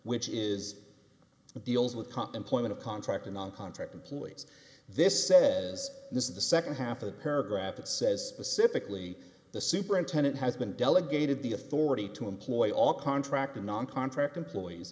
which is deals with comp employment contract and on contract employees this says this is the second half of the paragraph that says pacifically the superintendent has been delegated the authority to employ all contractor non contract employees